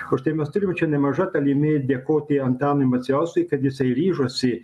užtai mes turime čia nemaža dalimi dėkoti antanui macijauskui kad jisai ryžosi